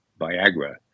Viagra